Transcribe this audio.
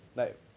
but